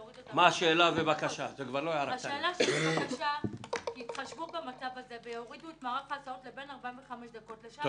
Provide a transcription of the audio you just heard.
אני מבקשת שיתחשבו במצב הזה ושיורידו את מערך ההסעות לבין 45 דקות לשעה,